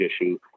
issue